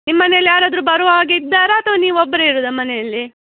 ನಿಮ್ಮ ಮನೇಲ್ಲಿ ಯಾರಾದರು ಬರುವ ಹಾಗೆ ಇದ್ದಾರೋ ಅಥ್ವಾ ನೀವೊಬ್ಬರೇ ಇರೋದೊ ಮನೆಯಲ್ಲಿ